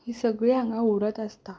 हीं सगळीं हांगा उरत आसता